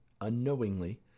unknowingly